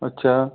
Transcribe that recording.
अच्छा